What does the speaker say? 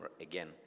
again